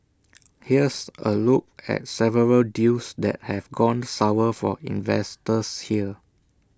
here's A look at several deals that have gone sour for investors here